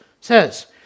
says